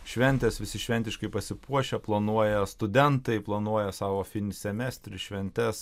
šventės visi šventiškai pasipuošę planuoja studentai planuoja savo finis semestri šventes